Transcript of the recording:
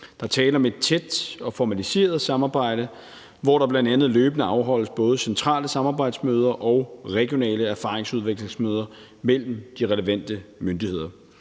er tale om et tæt og formaliseret samarbejde, hvor der bl.a. løbende afholdes både centrale samarbejdsmøder og regionale erfaringsudvekslingsmøder mellem de relevante myndigheder.